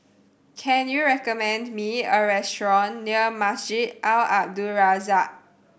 can you recommend me a restaurant near Masjid Al Abdul Razak